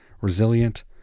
resilient